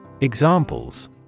Examples